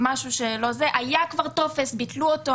היה כבר טופס, ביטלו אותו.